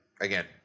again